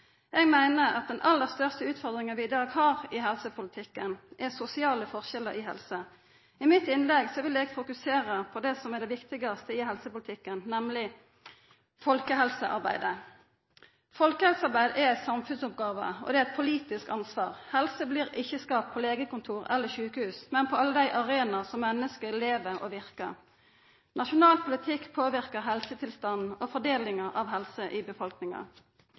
Eg meiner at den aller største utfordringa vi har i dag i helsepolitikken, er sosiale forskjellar i helse. I mitt innlegg vil eg fokusera på det som er det viktigaste i helsepolitikken, nemleg folkehelsearbeidet. Folkehelsearbeid er ei samfunnsoppgåve og eit politisk ansvar. Helse blir ikkje skapt på legekontor eller sjukehus, men på alle dei arenaene der menneske lever og verkar. Nasjonal politikk påverkar helsetilstanden og fordelinga av helse i befolkninga.